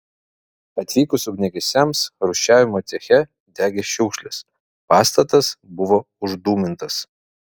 atvykus ugniagesiams rūšiavimo ceche degė šiukšlės pastatas buvo uždūmintas